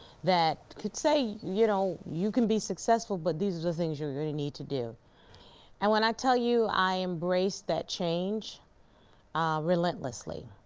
that could say you know you could be successful, but these are things you're going need to do and when i tell you i embraced that change relentlessly.